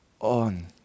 on